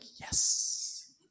yes